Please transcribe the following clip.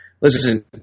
Listen